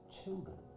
children